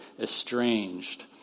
estranged